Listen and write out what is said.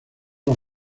los